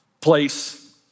place